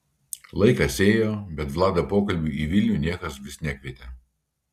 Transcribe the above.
laikas ėjo bet vlado pokalbiui į vilnių niekas vis nekvietė